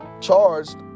charged